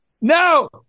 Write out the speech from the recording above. no